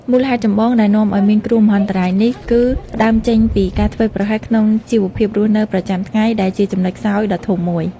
មូលហេតុចម្បងដែលនាំឱ្យមានគ្រោះមហន្តរាយនេះ គឺផ្ដើមចេញពីការធ្វេសប្រហែសក្នុងជីវភាពរស់នៅប្រចាំថ្ងៃ ដែលជាចំណុចខ្សោយដ៏ធំមួយ។